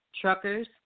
truckers